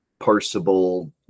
parsable